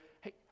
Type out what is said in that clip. hey